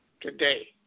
today